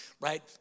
right